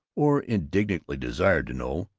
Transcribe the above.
or indignantly desired to know,